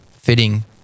fitting